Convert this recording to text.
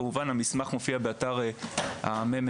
כמובן שהמסמך מופיע באתר הממ"מ,